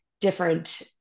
different